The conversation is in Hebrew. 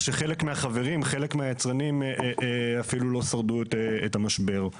משרדי הממשלה בנוגע להשלכות הברורות של החוק לגביהם.